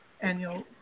annual